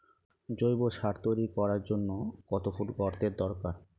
জৈব সার তৈরি করার জন্য কত ফুট গর্তের দরকার?